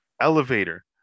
elevator